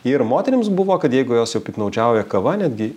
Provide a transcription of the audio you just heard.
ir moterims buvo kad jeigu jos jau piktnaudžiauja kava netgi